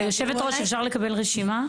היושבת-ראש, אפשר לקבל רשימה?